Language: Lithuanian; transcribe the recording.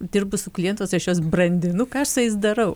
dirbu su klientais aš juos brandinu ką aš su jais darau